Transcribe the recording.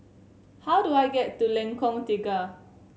how do I get to Lengkong Tiga